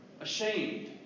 ashamed